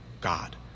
God